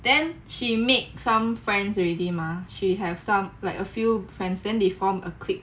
then she made some friends already mah she have some like a few friends then they formed a clique